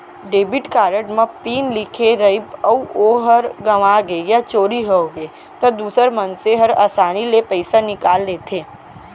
debit card म PIN लिखे रइबे अउ ओहर गँवागे या चोरी होगे त दूसर मनसे हर आसानी ले पइसा निकाल लेथें